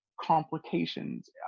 complications